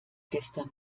gestern